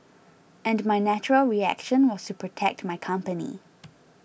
and my natural reaction was to protect my company